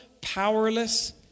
powerless